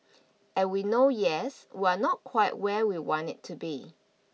and we know yes we are not quite where we want it to be